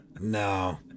No